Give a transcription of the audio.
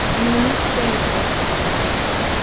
and in the midst of going to protests and pickets,